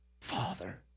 Father